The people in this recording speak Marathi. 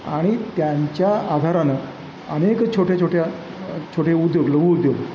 आणि त्यांच्या आधारानं अनेक छोट्या छोट्या छोटे उद्योग लघु उद्योग